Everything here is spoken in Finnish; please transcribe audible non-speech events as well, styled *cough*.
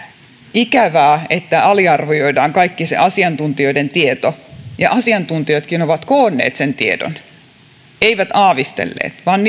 ikävää että aliarvioidaan kaikki se asiantuntijoiden tieto ja asiantuntijatkin ovat koonneet sen tiedon eivätkä aavistelleet vaan *unintelligible*